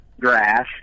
grass